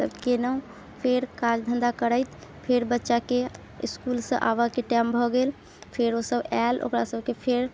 सब केलहुँ फेर काज धन्धा करैत फेर बच्चाके इसकुलसँ आबऽके टाइम भऽ गेल फेर ओसब आयल ओकरा सबके फेर